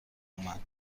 آمد